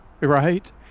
right